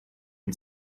und